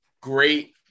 great